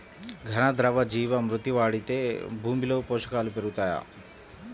ఘన, ద్రవ జీవా మృతి వాడితే భూమిలో పోషకాలు పెరుగుతాయా?